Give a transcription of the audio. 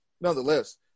nonetheless